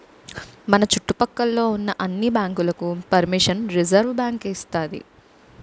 మన చుట్టు పక్క లో ఉన్న అన్ని బ్యాంకులకు పరిమిషన్ రిజర్వుబ్యాంకు ఇస్తాది